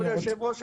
כבוד היושב ראש,